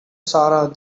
sarah